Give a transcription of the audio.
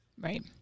right